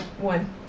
One